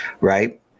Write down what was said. Right